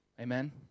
Amen